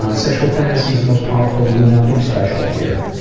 ah sexual fantasies most powerful to you nothing special here.